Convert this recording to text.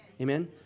Amen